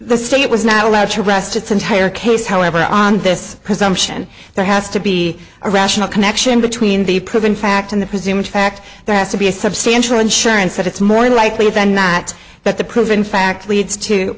the state was not allowed to rest its entire case however on this presumption there has to be a rational connection between the proven fact in the presumed fact there has to be a substantial insurance that it's more likely than not that the prove in fact leads to